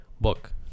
book